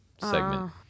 segment